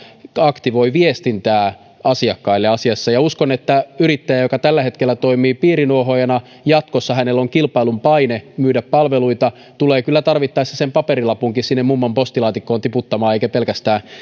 aktivoivat viestintää asiakkaille asiassa ja uskon että yrittäjällä joka tällä hetkellä toimii piirinuohoojana on jatkossa kilpailun paine myydä palveluita ja se tulee kyllä tarvittaessa sen paperilapunkin sinne mummon postilaatikkoon tiputtamaan eikä pelkästään